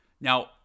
now